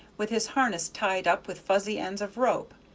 with his harness tied up with fuzzy ends of rope,